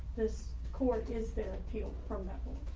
this court is their appeal from level.